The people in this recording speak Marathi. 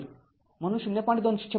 ४ ज्यूल म्हणून ०